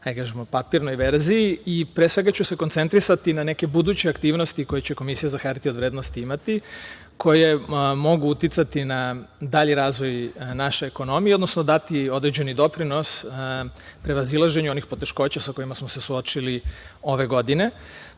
vidite u papirnoj verziji, a pre svega ću se koncentrisati na neke buduće aktivnosti koje će Komisija za hartije od vrednosti imati, koje mogu uticati na dalji razvoj naše ekonomije, odnosno dati određeni doprinos prevazilaženju onih poteškoća sa kojima smo se suočili ove godine. Samo